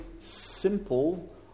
simple